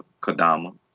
Kadama